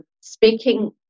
speaking